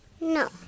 No